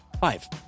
Five